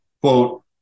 quote